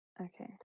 Okay